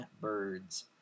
birds